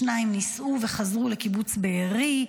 השניים נישאו וחזרו לקיבוץ בארי,